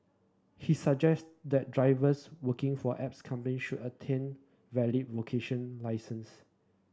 he suggested that drivers working for apps company should attain valid vocational licences